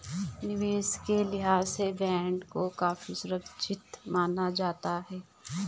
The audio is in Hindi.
निवेश के लिहाज से बॉन्ड को काफी सुरक्षित माना जाता है